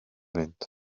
mynd